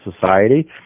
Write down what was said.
society